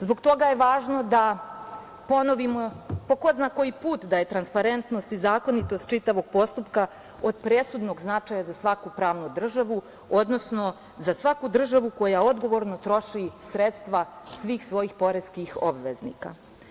Zbog toga je važno da ponovimo po ko zna koji put da su transparentnost i zakonitost čitavog postupka od presudnog značaja za svaku pravnu državu, odnosno za svaku državu koja odgovorno troši sredstva svih svojih poreskih obveznika.